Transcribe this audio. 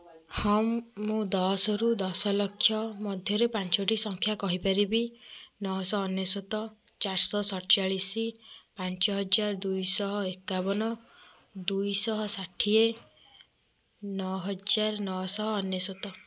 ହଁ ମୁଁ ଦଶରୁ ଦଶ ଲକ୍ଷ ମଧ୍ୟରେ ପାଞ୍ଚୋଟି ସଂଖ୍ୟା କହିପାରିବି ନଅଶହ ଅନେଶତ ଚାରିଶ ସତଚାଳିଶ ପାଞ୍ଚ ହଜାର ଦୁଇ ଶହ ଏକାବନ ଦୁଇ ଶହ ଷାଠିଏ ନଅ ହଜାର ନଅ ଶହ ଅନେଶତ